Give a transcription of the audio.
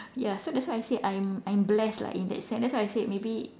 ya that's why I say I am blessed in that sense that's why say maybe